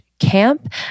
camp